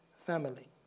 family